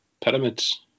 Pyramids